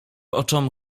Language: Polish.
oczom